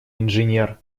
инженер